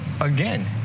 again